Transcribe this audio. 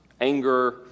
anger